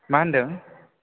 मा होन्दों